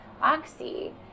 oxy